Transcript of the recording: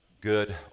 good